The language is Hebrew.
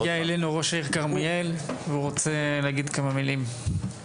הגיע אלינו ראש העיר כרמיאל והוא רוצה להגיד כמה מילים.